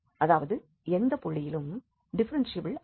அதாவது எந்த புள்ளியிலும் டிஃப்ஃபெரென்ஷியபிள் அல்ல